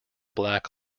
black